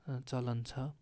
चलन छ